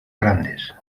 grandes